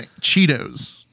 Cheetos